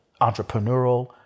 entrepreneurial